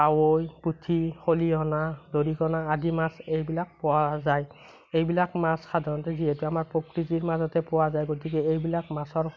কাৱৈ পুঠি খলিহনা দৰিকণা আদি মাছ এইবিলাক পোৱা যায় এইবিলাক মাছ সাধাৰণতে যিহেতু আমাৰ প্ৰকৃতিৰ মাজতে পোৱা যায় গতিকে এইবিলাক মাছৰ